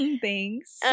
Thanks